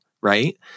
right